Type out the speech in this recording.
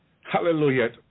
Hallelujah